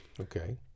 Okay